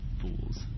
fools